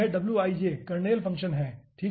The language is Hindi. अब यह कर्नेल फ़ंक्शन है ठीक है